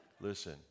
Listen